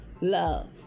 love